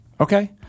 Okay